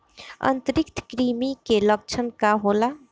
आंतरिक कृमि के लक्षण का होला?